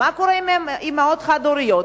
מה קורה עם אמהות חד-הוריות?